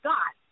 God